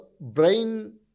brain